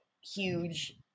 huge